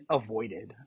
avoided